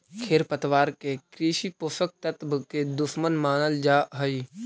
खेरपतवार के कृषि पोषक तत्व के दुश्मन मानल जा हई